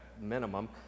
minimum